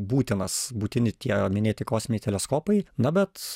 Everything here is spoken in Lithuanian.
būtinas būtini tie minėti kosminiai teleskopai na bet